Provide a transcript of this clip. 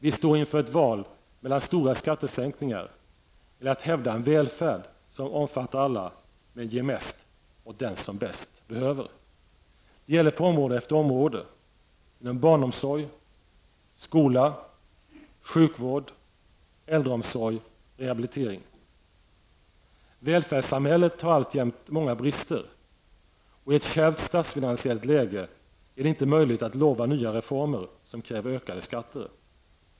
Vi står inför ett val mellan stora skattesänkningar eller att hävda en välfärd som omfattar alla men ger mest åt dem som bäst behöver. Det gäller på område efter område: inom barnomsorg, skola, sjukvård, äldreomsorg och rehabilitering. Välfärdssamhället har alljämt många brister. I ett kärvt statsfinansiellt läge är det inte möjligt att lova nya reformer, som kräver ökade skatter.